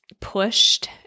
pushed